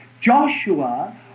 Joshua